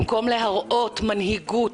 במקום להראות מנהיגות,